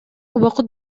убакыт